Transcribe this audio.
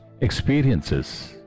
experiences